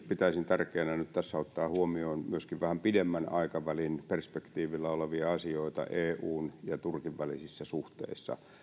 pitäisin tärkeänä nyt tässä ottaa huomioon myöskin vähän pidemmän aikavälin perspektiivillä olevia asioita eun ja turkin välisissä suhteissa